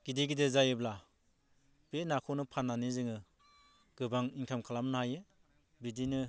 गिदिर गिदिर जायोब्ला बे नाखौनो फाननानै जोङो गोबां इंखाम खालामनो हायो बिदिनो